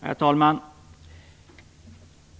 Herr talman!